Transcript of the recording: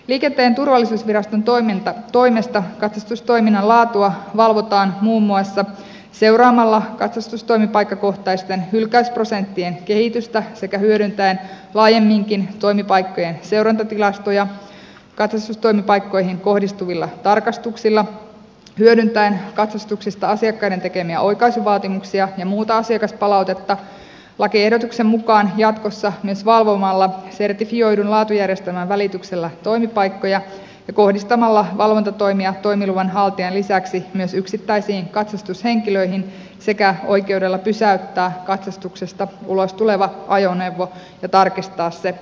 liikenteen turvallisuusviraston toimesta katsastustoiminnan laatua valvotaan muun muassa seuraamalla katsastustoimipaikkakohtaisten hylkäysprosenttien kehitystä sekä hyödyntäen laajemminkin toimipaikkojen seurantatilastoja katsastustoimipaikkoihin kohdistuvilla tarkastuksilla hyödyntäen katsastuksista asiakkaiden tekemiä oikaisuvaatimuksia ja muuta asiakaspalautetta lakiehdotuksen mukaan jatkossa myös valvomalla sertifioidun laatujärjestelmän välityksellä toimipaikkoja ja kohdistamalla valvontatoimia toimiluvan haltijan lisäksi myös yksittäisiin katsastushenkilöihin sekä oikeudella pysäyttää katsastuksesta ulos tuleva ajoneuvo ja tarkistaa se itse toimipaikalla